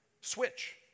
switch